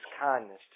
kindness